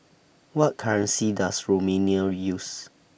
What currency Does Romania use